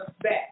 back